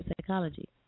psychology